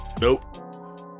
nope